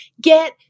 Get